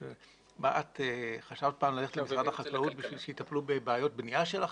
את חשבת פעם ללכת למשרד החקלאות בשביל שיטפלו בבעיות בנייה שלך,